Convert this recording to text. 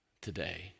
today